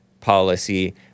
policy